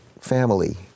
Family